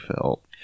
felt